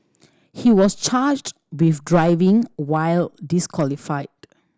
he was charged with driving while disqualified